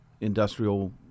industrial